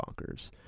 bonkers